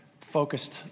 focused